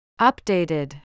Updated